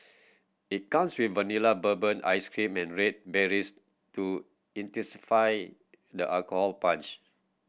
it comes with Vanilla Bourbon ice cream and red berries to intensify the alcohol punch